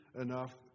enough